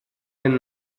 den